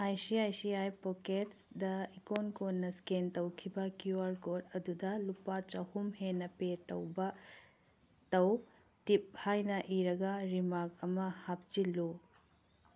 I C I C I ꯄꯣꯛꯀꯦꯠꯗ icon ꯀꯣꯟꯅ scan ꯇꯧꯈꯤꯕ ꯀ꯭ꯌꯨ ꯑꯥꯔ ꯀꯣꯗ ꯑꯗꯨꯗ ꯂꯨꯄꯥ ꯆꯍꯨꯝ ꯍꯦꯟꯅ ꯄꯦ ꯇꯧꯕ ꯇꯧ ꯇꯤꯞ ꯍꯥꯏꯅ ꯏꯔꯒ ꯔꯤꯃꯥꯛ ꯑꯃ ꯍꯥꯞꯆꯤꯜꯂꯨ